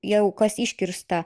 jau kas išgirsta